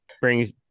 brings